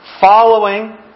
following